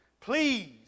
please